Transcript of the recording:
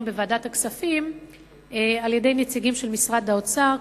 בוועדת הכספים מנציגים של משרד האוצר,